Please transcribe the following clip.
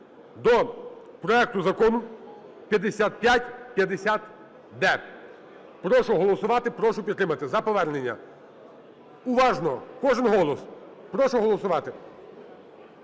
до проекту Закону 5550-д. Прошу голосувати. Прошу підтримати, за повернення. Уважно, кожен голос. Прошу голосувати.